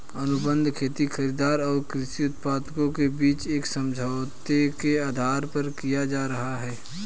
अनुबंध खेती खरीदार और कृषि उत्पादकों के बीच एक समझौते के आधार पर किया जा रहा है